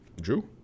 Drew